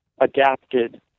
Adapted